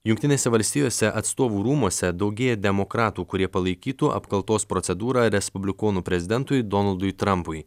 jungtinėse valstijose atstovų rūmuose daugėja demokratų kurie palaikytų apkaltos procedūrą respublikonų prezidentui donaldui trampui